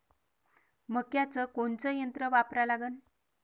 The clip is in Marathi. मक्याचं कोनचं यंत्र वापरा लागन?